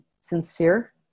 sincere